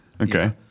okay